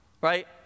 right